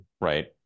Right